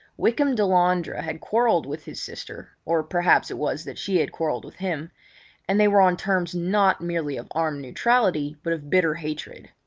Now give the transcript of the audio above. wykham delandre had quarrelled with his sister or perhaps it was that she had quarrelled with him and they were on terms not merely of armed neutrality but of bitter hatred.